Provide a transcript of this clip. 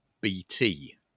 BT